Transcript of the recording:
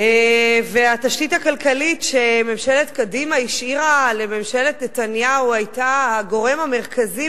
והתשתית הכלכלית שממשלת קדימה השאירה לממשלת נתניהו היתה הגורם המרכזי,